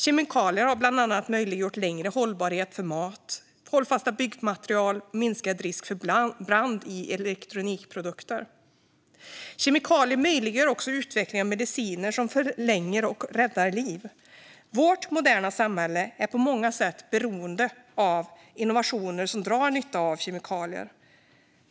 Kemikalier har bland annat möjliggjort längre hållbarhet för mat, gett hållfasta byggmaterial och medfört minskad risk för brand i elektronikprodukter. Kemikalier möjliggör också utvecklingen av mediciner som förlänger och räddar liv. Vårt moderna samhälle är på många sätt beroende av innovationer som drar nytta av kemikalier.